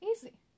Easy